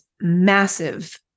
massive